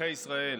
אזרחי ישראל,